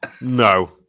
No